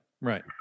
Right